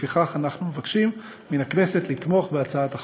לפיכך, אנחנו מבקשים מן הכנסת לתמוך בהצעת החוק.